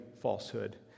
falsehood